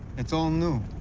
it's all new.